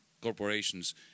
corporations